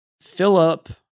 Philip